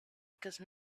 because